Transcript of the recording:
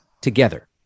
together